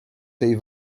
tej